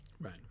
Right